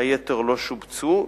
היתר לא שובצו.